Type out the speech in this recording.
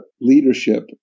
leadership